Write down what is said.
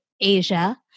Asia